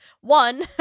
one